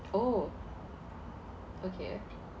oh okay